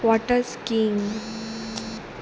water skiing